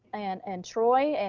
and and troy, and